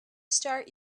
start